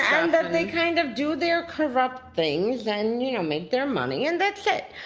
and they kind of do their corrupt things and you know make their money and that's it.